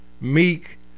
Meek